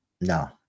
no